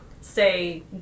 say